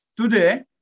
today